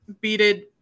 beaded